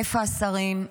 איפה השרים?